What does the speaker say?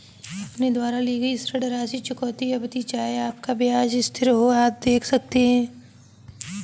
अपने द्वारा ली गई ऋण राशि, चुकौती अवधि, चाहे आपका ब्याज स्थिर हो, आदि देख सकते हैं